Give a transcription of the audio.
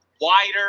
wider